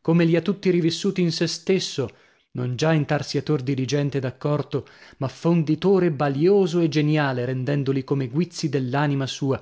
come li ha tutti rivissuti in sè stesso non già intarsiator diligente ed accorto ma fonditore balioso e geniale rendendoli come guizzi dell'anima sua